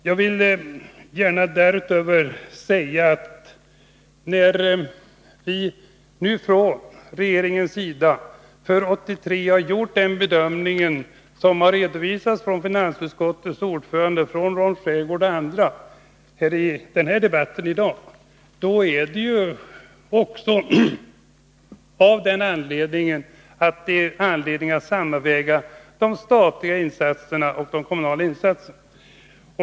Jag vill därutöver säga att när regeringen för 1983 har gjort den bedömning som här har redovisats av finansutskottets ordförande, av Rolf Rämgård och andra, så är skälet att vi anser att det också finns anledning att sammanväga de statliga och kommunala sektorerna.